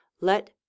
Let